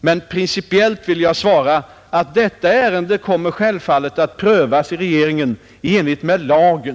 Men principiellt vill jag svara att detta ärende självfallet kommer att prövas av regeringen i enlighet med lagen.